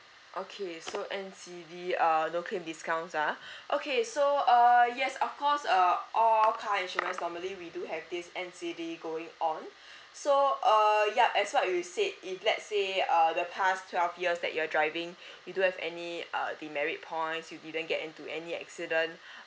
okay so N_C_D uh no claim discounts ah okay so uh yes of course uh all our car insurance for normally we do have this N_C_D going on so err yup as what we've said if let's say uh the past twelve years that you're driving you don't have any uh demerit points you didn't get into any accident